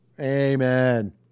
Amen